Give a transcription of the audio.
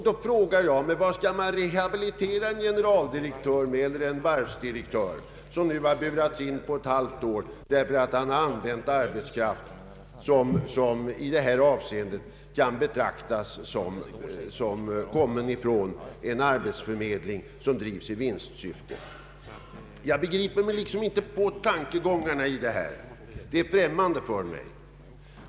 Då frågar jag: Hur skall man rehabilitera en generaldirektör eller en varvsdirektör, som har burats in på ett halvår därför att han har använt arbetskraft, som i detta avseende kan betraktas som kommen från en arbetsförmedling driven i vinstsyfte? Jag förstår inte tankegångarna i förslaget. De är främmande för mig.